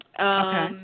Okay